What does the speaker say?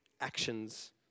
actions